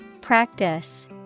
Practice